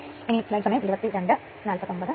അവിടെ അതിനുള്ള ഉത്തരമുണ്ട്